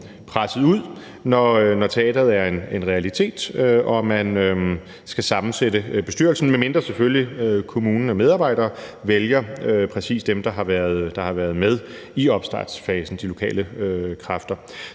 presset ud, når teatret er en realitet og man skal sammensætte bestyrelsen, medmindre kommunen og medarbejderne selvfølgelig vælger præcis dem, der har været med i opstartsfasen, altså de lokale kræfter.